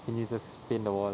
can you just paint the wall